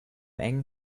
engen